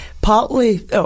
partly